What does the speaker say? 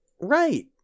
Right